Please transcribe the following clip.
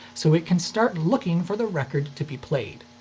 so it can start looking for the record to be played.